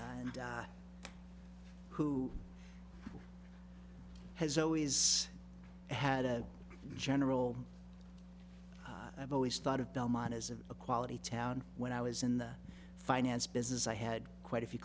and who has always had a general i've always thought of belmont as of a quality town when i was in the finance business i had quite a few